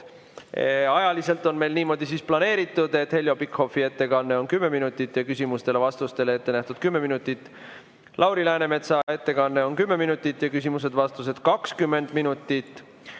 Koort. Ajaliselt on meil niimoodi planeeritud, et Heljo Pikhofi ettekanne on 10 minutit ja küsimustele-vastustele on ette nähtud 10 minutit. Lauri Läänemetsa ettekanne on 10 minutit ja küsimused-vastused kuni 20 minutit.